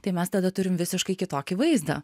tai mes tada turim visiškai kitokį vaizdą